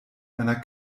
einer